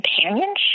companionship